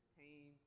team